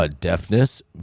deafness